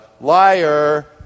Liar